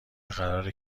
قراره